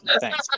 Thanks